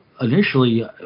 initially